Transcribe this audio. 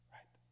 Right